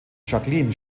jacqueline